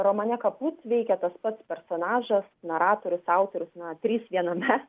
romane kaput veikia tas pats personažas naratorius autorius na trys viename